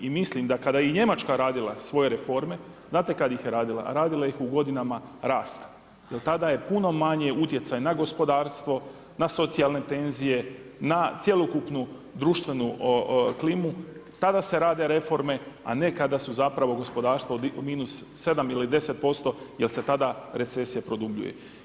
I mislim da kada je Njemačka radila svoje reforme, znate kad ih je radila, a radila ih je u godinama rasta, jer tada je puno manji utjecaj na gospodarstvo, na socijalne tenzije, na cjelokupnu društvenu klimu tada se rade reforme, a ne kada su zapravo gospodarstvo minus 7 ili 10% jer se tada recesija produbljuje.